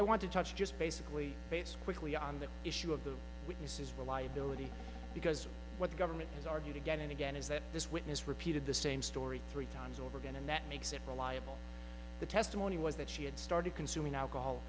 i want to touch just basically base quickly on the issue of the witnesses reliability because what the government has argued again and again is that this witness repeated the same story three times over again and that makes it reliable the testimony was that she had started consuming alcohol